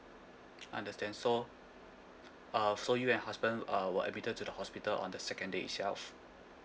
understand so uh so you and husband uh were admitted to the hospital on the second day itself